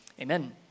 amen